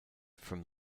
from